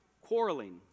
quarreling